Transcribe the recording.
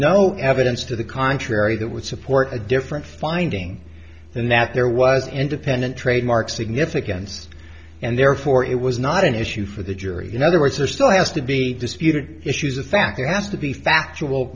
no evidence to the contrary that would support a different finding than that there was independent trademark significance and therefore it was not an issue for the jury in other words or still has to be disputed issues of fact there has to be factual